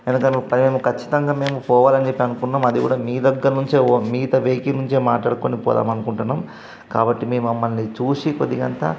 మేము ఖచ్చితంగా మేము పోవాలని చెప్పి అనుకున్నాం అది కూడా మీ దగ్గర నుంచే మీతో వెహికిల్ నుంచే మాట్లాడుకుని పోదాం అనుకుంటున్నాం కాబట్టి మీ మమ్మల్ని చూసి కొద్దిగంతా